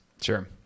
sure